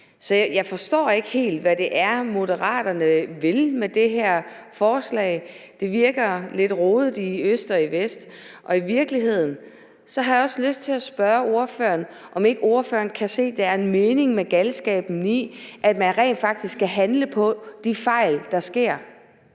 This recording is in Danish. jeg forstår ikke helt, hvad det er, Moderaterne vil med det her forslag. Det virker lidt rodet og i øst og i vest. I virkeligheden har jeg også lyst til at spørge ordføreren, om ikke ordføreren kan se, at der er en mening med galskaben i, at man rent faktisk skal handle på de fejl, der sker.